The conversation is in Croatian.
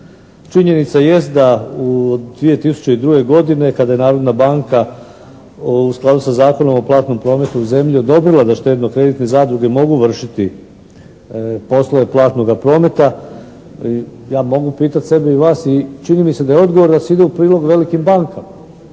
Činjenica jest da 2002. godine kada je Narodna banka u skladu sa Zakonom o platnom prometu u zemlji odobrila da štedno-kreditne zadruge mogu vršiti poslove platnoga prometa. Ja mogu pitati sebe i vas i čini mi se da je odgovor da se ide u prilog velikim bankama.